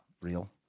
Real